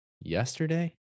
yesterday